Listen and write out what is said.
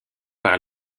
par